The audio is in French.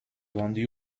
vendu